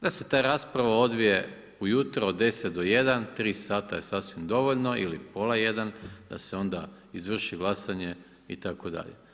Da se ta rasprava odvije ujutro, od 10 do 1, 3 sata je sasvim dovoljno ili pola 1, da se onda izvrši glasanje itd.